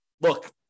look